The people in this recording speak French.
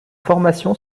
formation